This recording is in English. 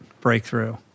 breakthrough